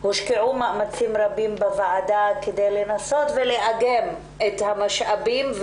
הושקעו מאמצים רבים בוועדה כדי לנסות לאגם את המשאבים,